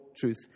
truth